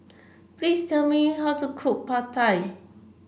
please tell me how to cook Pad Thai